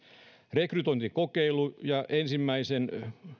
rekrytointikokeilu ja ensimmäisen